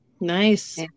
Nice